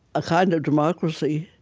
a kind of democracy,